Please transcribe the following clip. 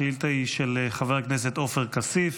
השאילתה היא של חבר הכנסת עופר כסיף